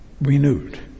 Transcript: renewed